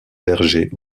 vergers